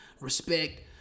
respect